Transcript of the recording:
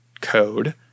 code